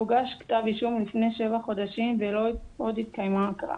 הוגש כתב אישום לפני שבעה חודשים ועוד לא התקיימה הקראה.